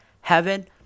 heaven